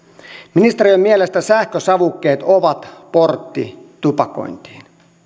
ministeriön mielestä sähkösavukkeet ovat portti tupakointiin